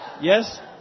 Yes